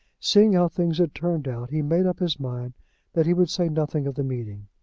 seeing how things had turned out, he made up his mind that he would say nothing of the meeting.